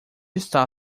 está